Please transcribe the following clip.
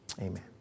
Amen